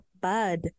bud